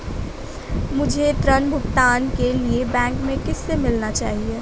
मुझे ऋण भुगतान के लिए बैंक में किससे मिलना चाहिए?